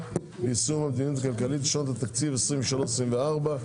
ליישום המדיניות הכלכלית לשנות התקציב 2023 ו-2024),